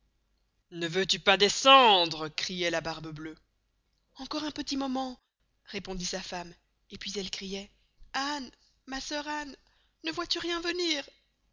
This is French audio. ne veux-tu pas descendre crioit la barbe bleuë encore un moment répondoit sa femme et puis elle crioit anne ma sœur anne ne vois-tu rien venir